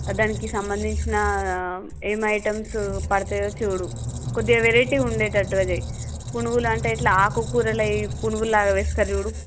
దానికి సంబంధించిన ఏమి ఐటమ్సు పడుయో చూడు కొద్దిగా వెరైటీ ఉండేటట్టుగా చేయి పునుగులు అంటే ఇట్లా ఆకుకూరలు అవి పునుగుల్లాగా వేస్తారు చూడు